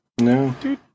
No